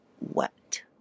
wet